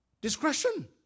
discretion